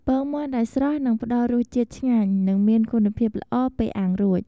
ពងមាន់ដែលស្រស់នឹងផ្តល់រសជាតិឆ្ងាញ់ និងមានគុណភាពល្អពេលអាំងរួច។